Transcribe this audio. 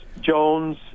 Jones